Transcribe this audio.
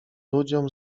ludziom